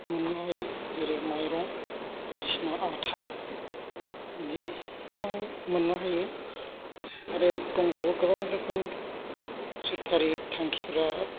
मोननो हायो जेरै माइरं बायदिसिना आथा बिदि गोबां मोननो हायो आरो दंबावो गोबां रोखोम सोरखारि थांखिफोरा